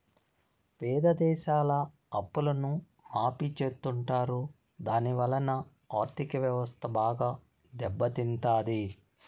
పేద దేశాల అప్పులను మాఫీ చెత్తుంటారు దాని వలన ఆర్ధిక వ్యవస్థ బాగా దెబ్బ తింటాది